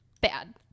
bad